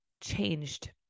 changed